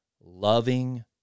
loving